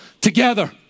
together